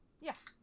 yes